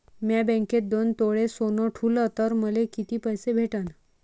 म्या बँकेत दोन तोळे सोनं ठुलं तर मले किती पैसे भेटन